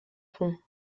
pont